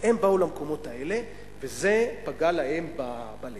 הם באו למקומות האלה וזה פגע להם בלב.